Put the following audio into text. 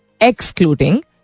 excluding